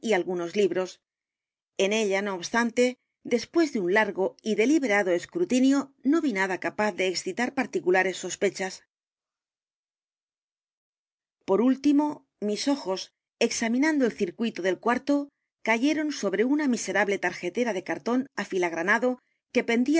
algunos libros en ella no obstante después de un largo y deliberado escrutinio no vi nada capaz de excitar p a r ticulares sospechas p o r último mis ojos examinando el circuito del cuarto cayeron sobre una miserable tarjetera de cartón afiligranado que pendía